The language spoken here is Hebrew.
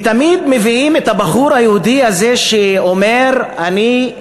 ותמיד מביאים את הבחור היהודי הזה שאומר: אני,